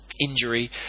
injury